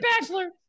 bachelor